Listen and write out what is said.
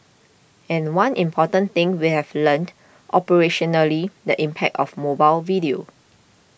and one important thing we have learnt operationally the impact of mobile video